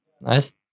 Nice